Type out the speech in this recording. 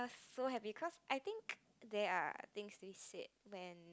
so happy cause I think there are things to be said than